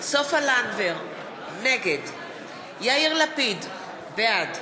סופה לנדבר, נגד יאיר לפיד, בעד